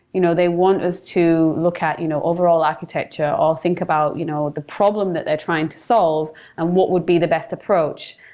you know they want us to look at you know overall architecture or think about you know the problem that they're trying to solve and what would be the best approach.